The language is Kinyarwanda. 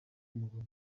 umugabo